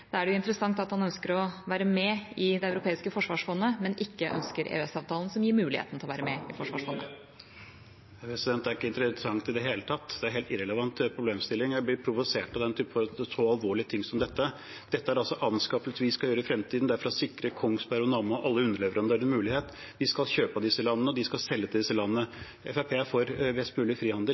Da er det interessant at han ønsker å være med i det europeiske forsvarsfondet, men ikke ønsker EØS-avtalen, som gir muligheten til å være med. Det er ikke interessant i det hele tatt – det er en helt irrelevant problemstilling. Jeg blir provosert over den typen så alvorlige ting som dette. Dette er anskaffelser vi skal gjøre i fremtiden, det er for å sikre Kongsberg Gruppen og Nammo og alle underleverandører en mulighet – de skal kjøpe av disse landene, og de skal selge til disse landene. Fremskrittspartiet er for mest mulig frihandel.